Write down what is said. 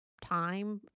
time